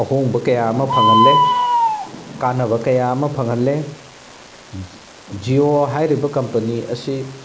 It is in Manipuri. ꯑꯍꯣꯡꯕ ꯀꯌꯥ ꯑꯃ ꯐꯪꯍꯜꯂꯦ ꯀꯥꯟꯅꯕ ꯀꯌꯥ ꯑꯃ ꯐꯪꯍꯜꯂꯦ ꯖꯤꯑꯣ ꯍꯥꯏꯔꯤꯕ ꯀꯝꯄꯅꯤ ꯑꯁꯤ